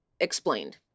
explained